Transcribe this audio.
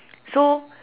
so